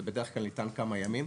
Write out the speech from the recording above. זה בדרך כלל ניתן בכמה ימים,